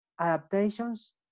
adaptations